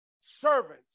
Servants